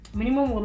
minimum